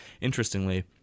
interestingly